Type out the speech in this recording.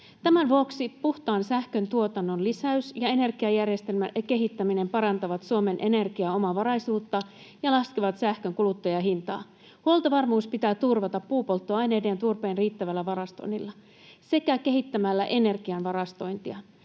Tämän vuoksi puhtaan sähköntuotannon lisäys ja energiajärjestelmän kehittäminen parantavat Suomen energiaomavaraisuutta ja laskevat sähkön kuluttajahintaa. Huoltovarmuus pitää turvata puupolttoaineiden ja turpeen riittävällä varastonnilla sekä kehittämällä energian varastointia.